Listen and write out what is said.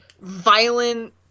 violent